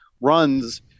runs